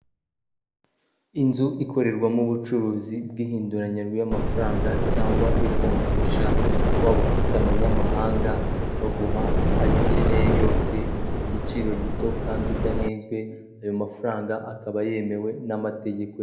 Inzu ikorerwamo ubucuruzi bw'ihinduranya ry'ama amafaranga, cyangwa ivunjisha, waba ufite amanyamahanga baguha ayo ukeneye yose ku giciro gito kandi udahenzwe, ayo mafaranga akaba yemewe n'amategeko...